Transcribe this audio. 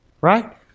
Right